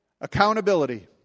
accountability